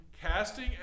casting